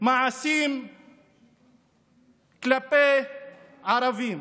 מעשים כלפי ערבים,